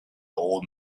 old